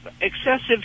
excessive